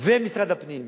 ומשרד הפנים,